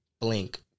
Blink